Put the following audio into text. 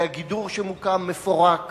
והגידור שמוקם מפורק.